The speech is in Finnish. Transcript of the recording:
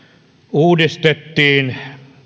uudistettiin